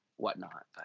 Whatnot